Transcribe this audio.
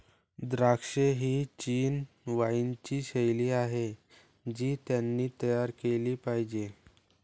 द्राक्षे ही चिनी वाइनची शैली आहे जी त्यांनी तयार केली पाहिजे